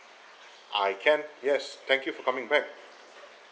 I can yes thank you for coming back